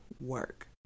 work